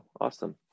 Awesome